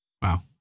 Wow